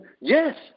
yes